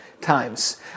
times